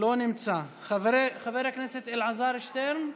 לא נמצא, חבר הכנסת אלעזר שטרן,